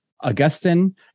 Augustine